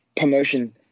promotion